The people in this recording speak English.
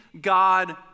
God